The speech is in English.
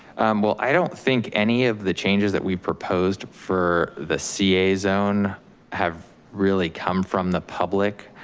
well, i don't think any of the changes that we've proposed for the ca zone have really come from the public,